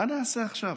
מה נעשה עכשיו?